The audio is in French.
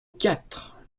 quatre